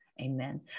Amen